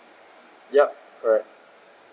yup correct